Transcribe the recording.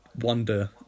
wonder